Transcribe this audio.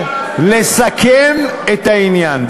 לסכם את העניין.